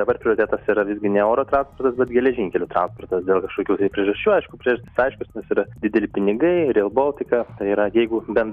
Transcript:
dabar prioritetas yra visgi ne oro transportas bet geležinkelių transportas dėl kažkokių tai priežasčių aišku priežastys aiškios nes yra dideli pinigai rail boltika tai yra jeigu ben